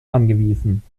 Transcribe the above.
angewiesen